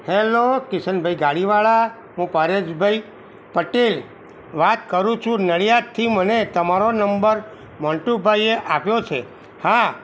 hello Kishanbhai ગાડીવાળા હું પરેશભાઈ પટેલ વાત કરું છું નડિયાદથી મને તમારો નંબર મોન્ટુભાઈએ આપ્યો છે હા